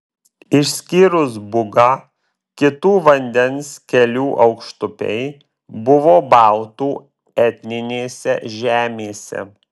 išskyrus bugą kitų vandens kelių aukštupiai buvo baltų etninėse žemėse